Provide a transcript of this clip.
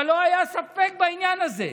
אבל לא היה ספק בעניין הזה.